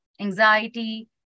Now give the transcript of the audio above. anxiety